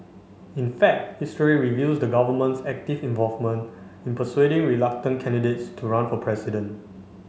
in fact history reveals the government's active involvement in persuading reluctant candidates to run for president